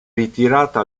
ritirata